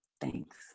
thanks